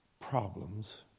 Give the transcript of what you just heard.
problems